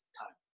time